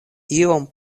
iom